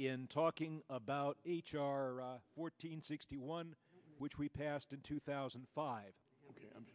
in talking about h r fourteen sixty one which we passed in two thousand and five